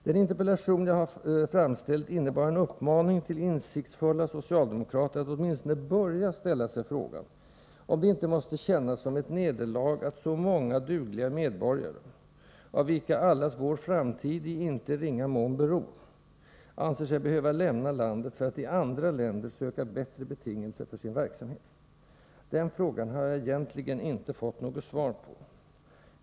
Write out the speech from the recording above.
Den interpellation som jag framställt innebär en uppmaning till insiktsfulla socialdemokrater att åtminstone börja ställa sig frågan om det inte måste kännas som ett nederlag att så många dugliga medborgare, av vilka allas vår framtid i inte ringa mån beror, anser sig behöva lämna landet för att i andra länder söka bättre betingelser för sin verksamhet. Egentligen har jag inte fått något svar på den frågan.